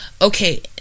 Okay